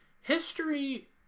history